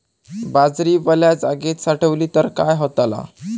बाजरी वल्या जागेत साठवली तर काय होताला?